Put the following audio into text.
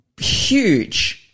huge